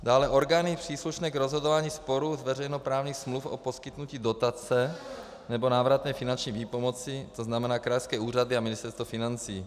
Dále orgány příslušné k rozhodování sporů z veřejnoprávních smluv o poskytnutí dotace nebo návratné finanční výpomocí, to znamená krajské úřady a Ministerstvo financí.